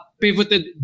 pivoted